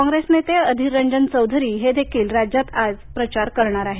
कॉंग्रेस नेते अधीर रंजन चौधरी हे देखील राज्यात आज प्रचार करणार आहेत